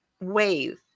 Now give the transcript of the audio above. wave